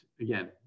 again